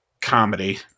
comedy